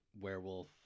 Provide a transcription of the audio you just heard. werewolf